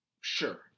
Sure